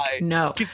No